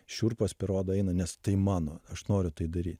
šiurpas per odą eina nes tai mano aš noriu tai daryt